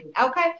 okay